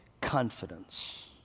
Confidence